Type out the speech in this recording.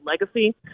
legacy